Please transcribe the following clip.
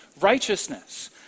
righteousness